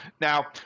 Now